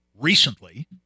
recently